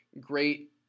great